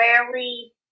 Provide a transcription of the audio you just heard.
rarely